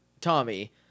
Tommy